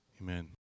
Amen